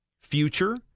future